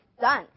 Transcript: done